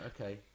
okay